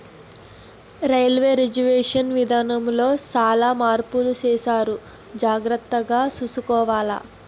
railway reservation విధానములో సాలా మార్పులు సేసారు జాగర్తగ సూసుకోవాల